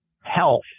health